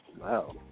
Wow